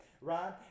right